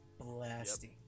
blasting